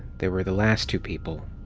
they were the last two people.